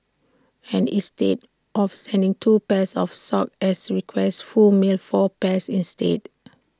and instead of sending two pairs of socks as requested Foo mailed four pairs instead